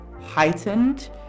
heightened